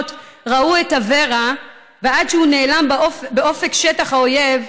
ראו את אברה ועד שהוא נעלם בשטח האויב,